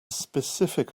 specific